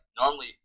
normally